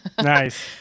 Nice